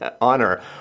Honor